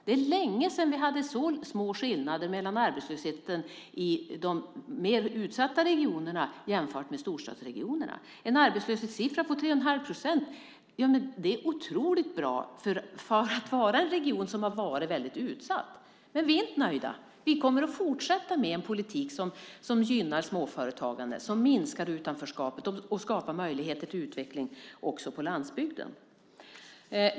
Det är länge sedan vi hade så små skillnader mellan arbetslösheten i de mer utsatta regionerna och arbetslösheten i storstadsregionerna. En arbetslöshetssiffra på 3,5 procent är otroligt bra för att vara en region som har varit väldigt utsatt. Men vi är inte nöjda. Vi kommer att fortsätta med en politik som gynnar småföretagande, som minskar utanförskapet och som skapar möjligheter till utveckling också på landsbygden.